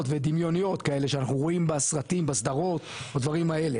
ודמיוניות כאלה שאנחנו רואים בסרטים בסדרות או דברים האלה,